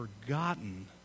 forgotten